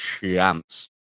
chance